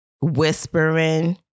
whispering